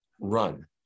Run